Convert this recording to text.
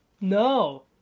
no